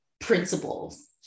principles